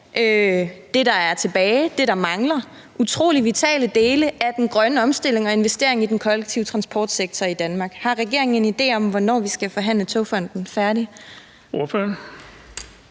det, der er tilbage, det, der mangler, er jo nogle utrolig vitale dele af den grønne omstilling og investering i den kollektive transportsektor i Danmark. Har regeringen en idé om, hvornår vi skal forhandle Togfonden DK færdig? Kl.